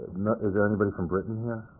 is there anybody from britain here?